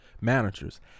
managers